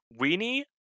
Weenie